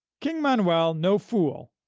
king manuel, no fool,